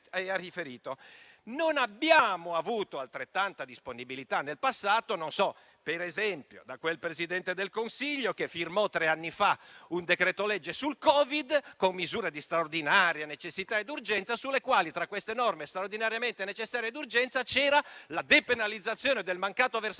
Non abbiamo avuto altrettanta disponibilità nel passato, ad esempio da quel Presidente del Consiglio che firmò, tre anni fa, un decreto-legge sul Covid, con misure di straordinaria necessità e urgenza, tra le quali, tra queste norme straordinariamente necessarie e urgenti, c'era la depenalizzazione del mancato versamento